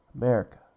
America